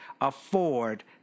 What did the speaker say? afford